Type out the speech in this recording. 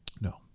no